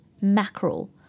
mackerel